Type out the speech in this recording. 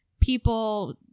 people